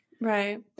Right